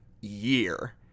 year